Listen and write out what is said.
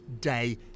day